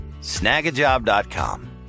snagajob.com